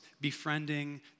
befriending